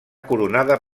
coronada